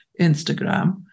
Instagram